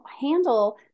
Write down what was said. handle